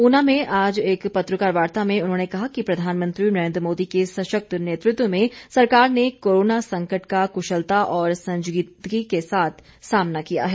ऊना में आज एक पत्रकार वार्ता में उन्होंने कहा कि प्रधानमंत्री नरेन्द्र मोदी के सशक्त नेतृत्व में सरकार कोरोना संकट का कुशलता और संजीदगी के साथ सामना किया है